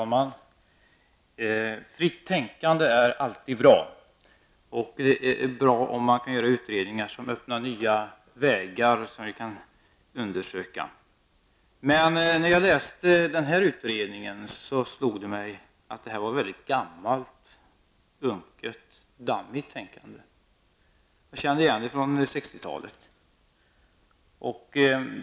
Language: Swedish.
Herr talman! Fritt tänkande är alltid bra. Bra är utredningar som öppnar nya vägar som vi sedan kan undersöka. Men när jag läste den här utredningen slog det mig att det var väldigt gammalt, unket, dammigt helt enkelt. Jag kände igen det från 60 talet.